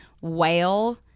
Whale